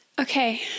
Okay